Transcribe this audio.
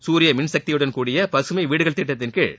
சூரிய மின் சக்தியுடன் கூடிய பகமை வீடுகள் திட்டத்தின் கீழ்